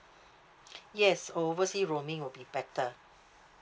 yes oversea roaming will be better